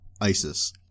ISIS